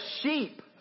sheep